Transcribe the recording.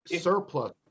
surplus